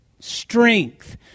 strength